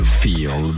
feel